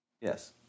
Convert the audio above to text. Yes